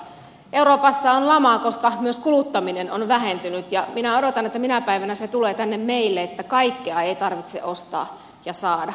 euroopassa on lama koska myös kuluttaminen on vähentynyt ja minä odotan minä päivänä se tulee tänne meille että kaikkea ei tarvitse ostaa ja saada